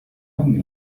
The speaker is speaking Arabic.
أمي